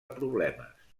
problemes